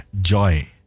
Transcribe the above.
joy